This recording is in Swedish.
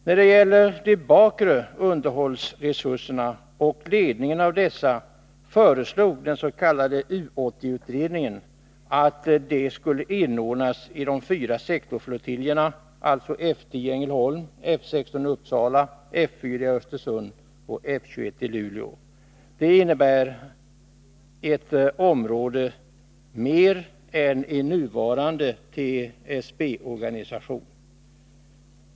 När det gäller de bakre underhållsresurserna och ledningen av dessa föreslog den s.k. U 80-utredningen att de skulle inordnas i de fyra sektorflottiljerna, alltså F 10i Ängelholm, F 16 i Uppsala, F 4 i Östersund och F 21 i Luleå. Det innebär ett område mer än i nuvarande TSB organisation.